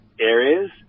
areas